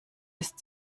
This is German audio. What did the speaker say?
ist